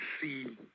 see